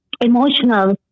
emotional